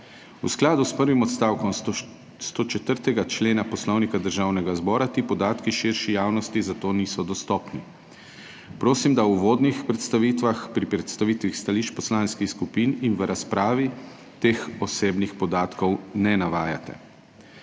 v skladu s prvim odstavkom 104. člena Poslovnika Državnega zbora. Ti podatki širši javnosti niso dostopni, zato prosim, da v uvodnih predstavitvah, pri predstavitvi stališč poslanskih skupin in v razpravi teh osebnih podatkov ne navajate.